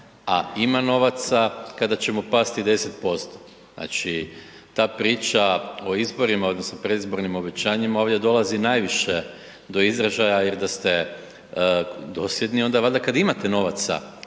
a ima novaca kada ćemo pasti10%. Znači ta priča o izborima odnosno predizbornim obećanjima ovdje dolazi najviše do izražaja jer da ste dosljedni onda valjda kada imate novaca